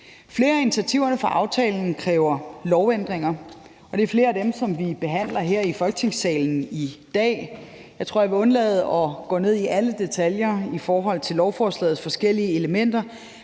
Flere af initiativerne fra aftalen kræver lovændringer, og det er flere af dem, som vi behandler her i Folketingssalen i dag. Jeg tror, jeg vil undlade at gå ned i alle detaljer i forhold til lovforslagets forskellige elementer,